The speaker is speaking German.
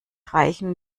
reichen